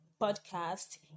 podcast